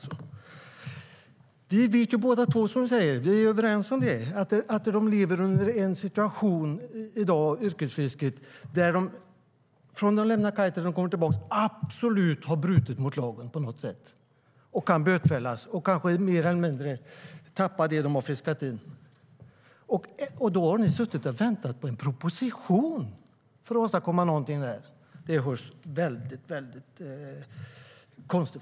Som Lars Tysklind säger är vi överens om att yrkesfiskarna lever i en situation där de, från det att de lämnat kaj tills de kommer tillbaka, absolut har brutit mot lagen på något sätt. De kan då bötfällas och kanske förlora det som de har fiskat upp. Då har ni suttit och väntat på en proposition för att åstadkomma någonting! Det låter väldigt konstigt.